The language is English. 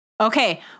okay